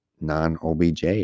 non-OBJ